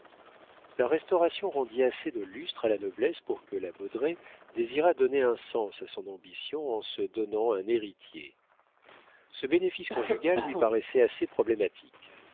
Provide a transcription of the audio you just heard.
la restauration rendit assez de lustre à la noblesse pour que la baudraye désirât donner un sens à son ambition en se donnant un héritier ce bénéfice conjugal lui paraissait assez problématique